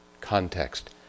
context